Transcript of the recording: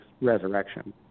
resurrection